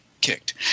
kicked